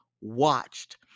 watched